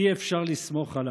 אי-אפשר לסמוך עליו.